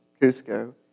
Cusco